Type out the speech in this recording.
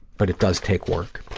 but it does take work.